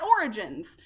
Origins